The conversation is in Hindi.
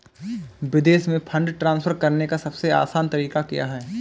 विदेश में फंड ट्रांसफर करने का सबसे आसान तरीका क्या है?